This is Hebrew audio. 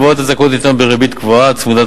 הלוואות הזכאות ניתנות בריבית קבועה צמודת